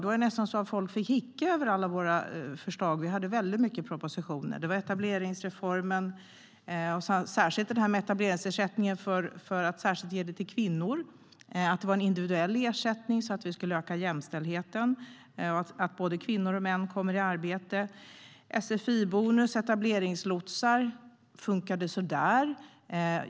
Det var nästan så att folk fick hicka av alla våra förslag. Det kom väldigt många propositioner. Det gällde etableringsreformen och etableringsersättning för kvinnor. Det skulle vara en individuell ersättning för att öka jämställdheten. Både kvinnor och män skulle komma i arbete. Andra förslag var sfi-bonus och etableringslotsar. Etableringslotsarna funkade så där.